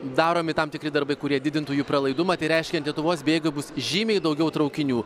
daromi tam tikri darbai kurie didintų jų pralaidumą tai reiškia ant lietuvos bėga bus žymiai daugiau traukinių